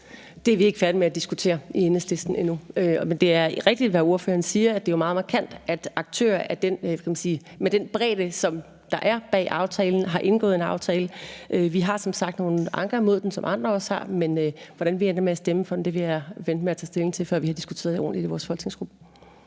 Det er vi ikke færdige med at diskutere i Enhedslisten endnu. Men det er jo rigtigt, hvad ordføreren siger, nemlig at det jo er meget markant, at aktører med den bredde, som der er bag aftalen, har indgået en aftale. Vi har som sagt nogle anker imod den, som andre også har, men hvordan vi ender med at stemme, vil jeg vente med at tage stilling til, før vi har diskuteret det ordentligt i vores folketingsgruppe.